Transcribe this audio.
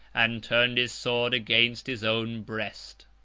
and turned his sword against his own breast.